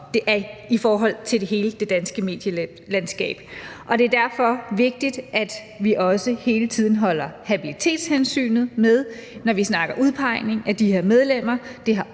måder i forhold til hele det danske medielandskab. Det er derfor vigtigt, at vi også hele tiden har habilitetshensynet med, når vi snakker udpegning af de her medlemmer.